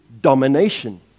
domination